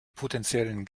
potenziellen